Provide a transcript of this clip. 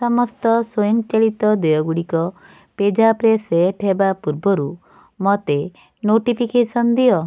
ସମସ୍ତ ସ୍ୱଂୟଚାଳିତ ଦେୟଗୁଡ଼ିକ ପେଜାପ୍ରେ ସେଟ୍ ହେବା ପୂର୍ବରୁ ମୋତେ ନୋଟିଫିକେସନ୍ ଦିଅ